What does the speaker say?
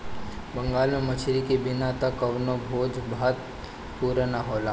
बंगाल में मछरी के बिना त कवनो भोज भात पुरे ना होला